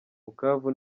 bukavu